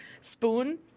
spoon